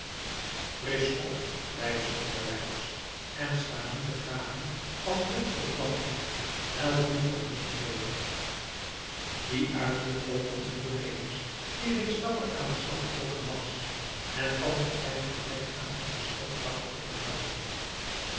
frisch op leidsche hongerlijder en sta niet te gapen als jut voor het landhek help liever een handje mee die uitroep gold onzen cornelis die reeds dapper aan den slag getrokken was en thans een klein gebrek aan zijn musket trachtte te verhelpen